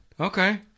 Okay